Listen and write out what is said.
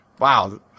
Wow